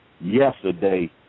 yesterday